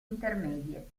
intermedie